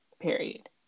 period